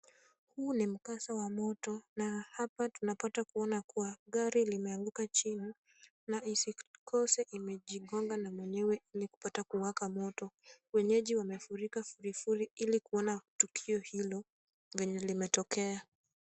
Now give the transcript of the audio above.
Huu ni mkasa wa moto na hapa tunapata kuona kuwa gari limeanguka chini na isikose imejigonga na mwenyewe ili ikapata kuwaka moto. Wenyeji wamefurika furifuri ili kuona tukio hilo venye limetokea.